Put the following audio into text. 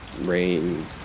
rain